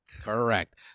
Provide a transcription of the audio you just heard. Correct